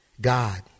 God